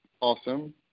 awesome